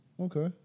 Okay